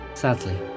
Sadly